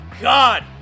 God